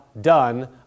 done